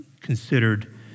considered